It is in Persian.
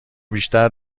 بیشتر